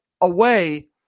away